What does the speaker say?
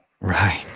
right